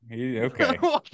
okay